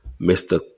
Mr